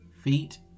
feet